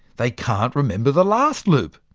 they can't remember the last loop.